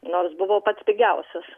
nors buvo pats pigiausias